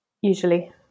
usually